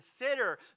consider